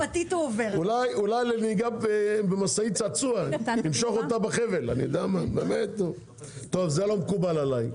אולי לנהיגה במשאית צעצוע למשוך אותה בחבל...זה לא מקובל עלי.